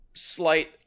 slight